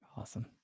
awesome